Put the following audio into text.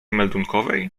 meldunkowej